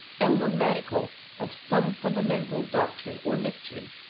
emblematical of some fundamental doctrine or mystery.